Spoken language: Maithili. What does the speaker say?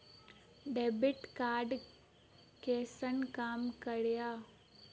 डेबिट कार्ड कैसन काम करेया?